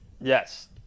Yes